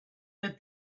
that